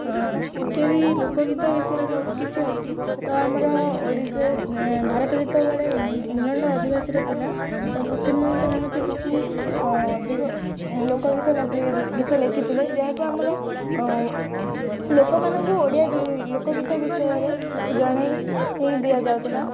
ଇତ୍ୟାଦି ଲୋକଗୀତ ବିଷୟରେ ବହୁତ କିଛି ଅଛି ତ ଆମର ଓଡ଼ିଶା ଭାରତ ଯେତେବେଳେ ଇଂଲଣ୍ଡ୍ର ଅଧିବାସୀରେ ଥିଲା ତ ଫକୀରମୋହନ ସେନାପତି କିଛି ଅଧିକ ଲୋକଗୀତ ଗୀତ ଲେଖିଥିଲେ ଯାହାକୁ ଆମର ଲୋକମାନଙ୍କୁ ଓଡ଼ିଆ ଲୋକଗୀତ ବିଷୟରେ ଜଣାଇଦିଆଯାଉଥିଲା